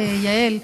יעל,